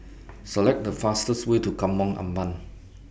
Select The fastest Way to Kampong Ampat